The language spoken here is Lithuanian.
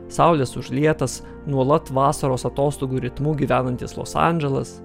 saulės užlietas nuolat vasaros atostogų ritmu gyvenantis los andželas